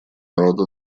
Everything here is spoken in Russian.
народу